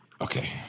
Okay